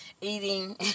eating